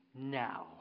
now